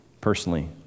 personally